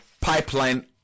pipeline